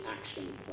action